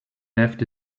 left